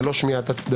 ללא שמיעת הצדדים.